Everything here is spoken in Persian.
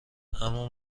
اما